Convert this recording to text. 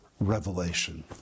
revelation